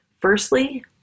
Firstly